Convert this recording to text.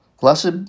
Blessed